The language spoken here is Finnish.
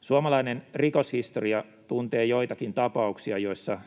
Suomalainen rikoshistoria tuntee joitakin tapauksia, joissa